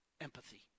empathy